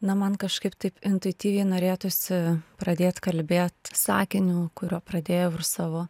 na man kažkaip taip intuityviai norėtųsi pradėt kalbėt sakiniu kuriuo pradėjau ir savo